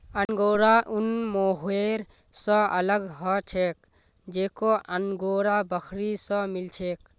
angora ऊन mohair स अलग ह छेक जेको अंगोरा बकरी स मिल छेक